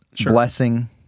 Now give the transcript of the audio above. Blessing